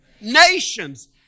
nations